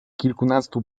kilkunastu